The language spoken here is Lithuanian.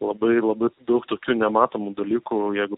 labai labai daug tokių nematomų dalykų jeigu